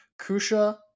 Kusha